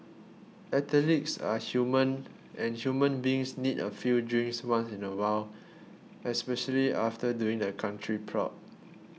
athletes are human and human beings need a few drinks once in a while especially after doing the country proud